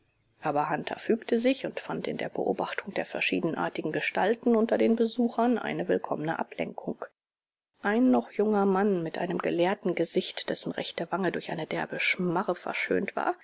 aber hunter fügte sich und fand in der beobachtung der verschiedenartigen gestalten unter den besuchern eine willkommene ablenkung ein noch junger mann mit einem gelehrtengesicht dessen rechte wange durch eine derbe schmarre verschönt war